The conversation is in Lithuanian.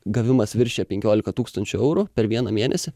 gavimas viršija penkiolika tūkstančių eurų per vieną mėnesį